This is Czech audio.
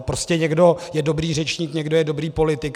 Prostě někdo je dobrý řečník, někdo je dobrý politik.